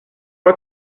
pas